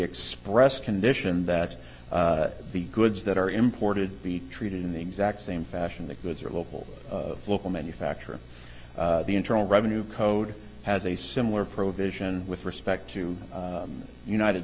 express condition that the goods that are imported be treated in the exact same fashion the goods are local of local manufacture the internal revenue code has a similar prohibition with respect to united